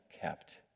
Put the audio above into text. kept